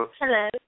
Hello